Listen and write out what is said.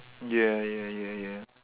ya ya ya ya